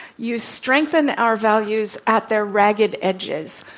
you strengthen our values at their ragged edges.